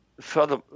further